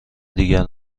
دیگر